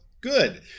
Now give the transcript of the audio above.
good